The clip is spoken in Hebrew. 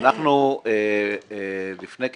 אנחנו לפני כשנתיים,